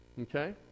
Okay